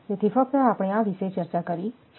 તેથી ફક્ત આપણે આ વિશે ચર્ચા કરી છે